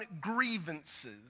grievances